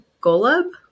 Golub